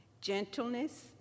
gentleness